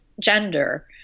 gender